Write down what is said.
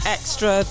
Extra